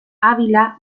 ávila